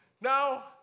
Now